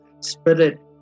spirit